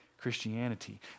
Christianity